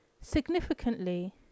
Significantly